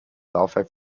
laufwerk